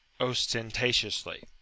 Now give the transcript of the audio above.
ostentatiously